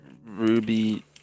Ruby